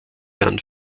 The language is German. dann